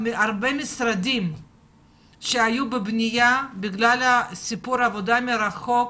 הרבה משרדים שהיו בבנייה, בגלל העבודה מרחוק,